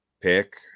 pick